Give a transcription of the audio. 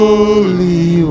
Holy